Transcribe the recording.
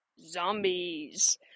Zombies